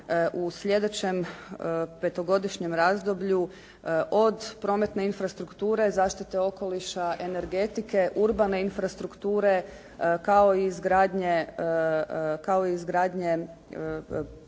u sljedećem petogodišnjem razdoblju od prometne infrastrukture, zaštite okoliša, energetike, urbane infrastrukture kao i izgradnje